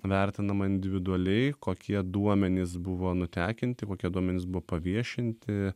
vertinama individualiai kokie duomenys buvo nutekinti kokie duomenys buvo paviešinti